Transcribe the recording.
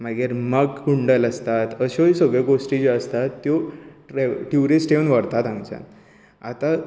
मागीर मग कूंडल आसतात अश्योय सगळ्यो गोश्टी ज्यो आसतात त्यो ट्युरीस्ट येवन व्हरतात हांगाच्यान आतां